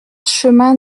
chemin